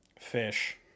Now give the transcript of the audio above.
Fish